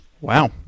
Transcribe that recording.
Wow